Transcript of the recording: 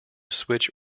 switch